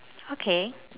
okay